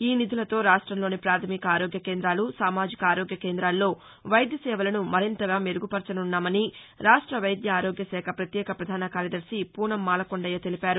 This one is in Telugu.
ఈ నిధులతో రాష్టంలోని ప్రాథమిక ఆరోగ్య కేంద్రాలు సామాజిక ఆరోగ్య కేందాల్లో వైద్య సేవలను మరింత మెరుగుపరచనున్నామని రాష్ట వైద్య ఆరోగ్య శాఖ పత్యేక పధాన కార్యదర్శి పూనం మాలకొండయ్య తెలిపారు